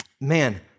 Man